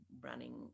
running